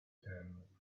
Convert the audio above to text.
ten